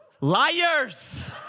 Liars